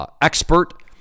expert